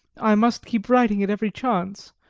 i must keep writing at every chance,